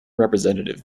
representative